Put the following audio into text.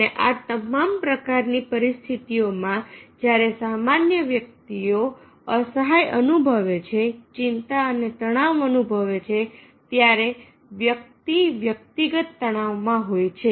અને આ તમામ પ્રકારની પરિસ્થિતિઓમાં જ્યારે સામાન્ય વ્યક્તિઓ અસહાય અનુભવે છે ચિંતા અને તણાવ અનુભવે છે ત્યારે વ્યક્તિ વ્યક્તિગત તણાવમાં હોય છે